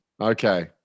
Okay